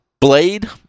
Blade